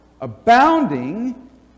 abounding